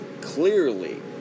clearly